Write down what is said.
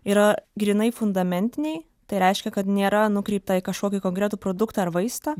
yra grynai fundamentiniai tai reiškia kad nėra nukreipta į kažkokį konkretų produktą ar vaistą